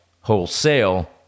wholesale